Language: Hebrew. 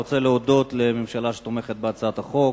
אני רוצה להודות לממשלה שתומכת בהצעת החוק.